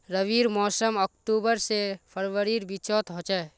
रविर मोसम अक्टूबर से फरवरीर बिचोत होचे